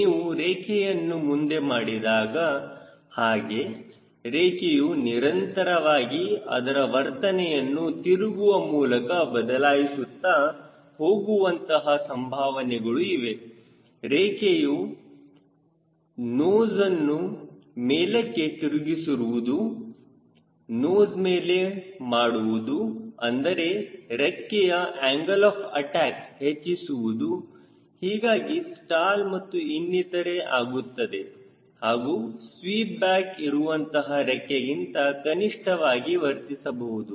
ನೀವು ರೆಕ್ಕೆಯನ್ನು ಮುಂದೆ ಮಾಡಿದ ಹಾಗೆರೆಕ್ಕೆಯು ನಿರಂತರವಾಗಿ ಅದರ ವರ್ತನೆಯನ್ನು ತಿರುಗುವ ಮೂಲಕ ಬದಲಾಯಿಸುತ್ತಾ ಹೋಗುವಂತಹ ಸಂಭಾವನೆಗಳು ಇವೆ ರೆಕ್ಕೆಯ ನೋಸ್ನ್ನು ಮೇಲಕ್ಕೆ ತಿರುಗಿಸುವುದು ನೋಸ್ ಮೇಲೆ ಮಾಡುವುದು ಅಂದರೆ ರೆಕ್ಕೆಯ ಆಂಗಲ್ ಆಫ್ ಅಟ್ಯಾಕ್ ಹೆಚ್ಚಿಸುವುದು ಹೀಗಾಗಿ ಸ್ಟಾಲ್ ಮತ್ತು ಇನ್ನಿತರೆ ಆಗುತ್ತದೆ ಹಾಗೂ ಸ್ವೀಪ್ ಬ್ಯಾಕ್ ಇರುವಂತಹ ರೆಕ್ಕೆಗಿಂತ ಕನಿಷ್ಠವಾಗಿ ವರ್ತಿಸಬಹುದು